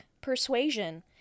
Persuasion